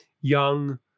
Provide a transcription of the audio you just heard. young